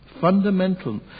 Fundamental